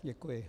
Děkuji.